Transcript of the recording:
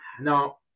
no